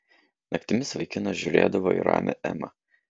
naktimis vaikinas žiūrėdavo į ramią emą